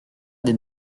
des